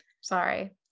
sorry